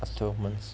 twelve months